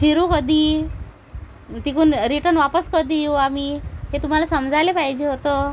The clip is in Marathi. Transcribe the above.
फिरू कधी तिकडून रिटर्न वापस कधी येऊ आम्ही हे तुम्हाला समजायला पाहिजे होतं